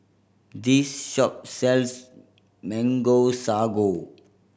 this shop sells Mango Sago